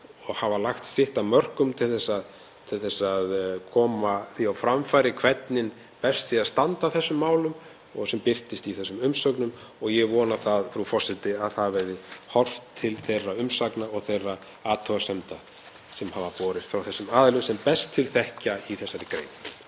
og hafa lagt sitt af mörkum til þess að koma því á framfæri hvernig best sé að standa að þessum málum og sem birtist í þessum umsögnum. Ég vona að horft verði til þeirra umsagna og þeirra athugasemda sem hafa borist frá þessum aðilum sem best til þekkja í þessari grein.